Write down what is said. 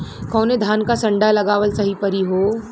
कवने धान क संन्डा लगावल सही परी हो?